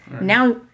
now